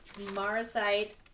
marasite